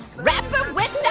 rapper with